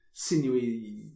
sinewy